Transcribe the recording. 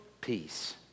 peace